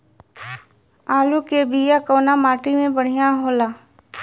आलू के बिया कवना माटी मे बढ़ियां होला?